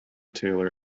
taylor